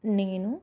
నేను